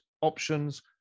options